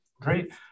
Great